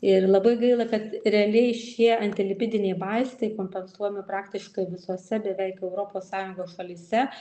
ir labai gaila kad realiai šie antilipidiniai vaistai kompensuojami praktiškai visose beveik europos sąjungos šalyse